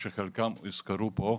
מה שהדגשתי קודם זה בעצם,